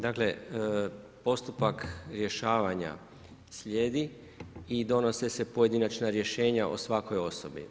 Dakle, postupak rješavanja slijedi i donose se pojedinačna rješenja o svakoj osobi.